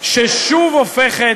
ששוב הופכת,